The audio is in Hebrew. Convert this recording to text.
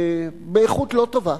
באיכות לא טובה,